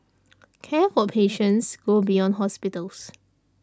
care for patients go beyond hospitals